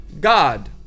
God